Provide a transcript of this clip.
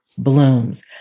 blooms